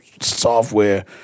software